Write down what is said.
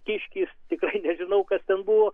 kiškį tikrai nežinau kas ten buvo